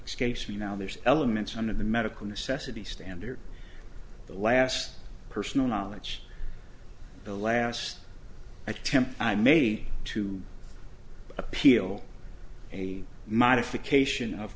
excuse me now there's elements under the medical necessity standard the last personal knowledge the last attempt i made to appeal a modification of